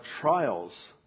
trials